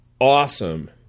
awesome